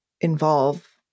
involve